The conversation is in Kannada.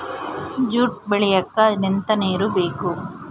ಜೂಟ್ ಬೆಳಿಯಕ್ಕೆ ನಿಂತ ನೀರು ಬೇಕು